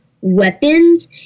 weapons